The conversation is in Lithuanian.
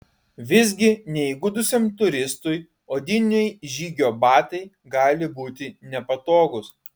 visgi neįgudusiam turistui odiniai žygio batai gali būti nepatogūs